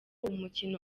umukino